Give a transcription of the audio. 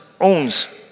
owns